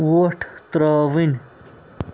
وۄٹھ ترٛاوٕنۍ